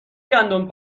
گندم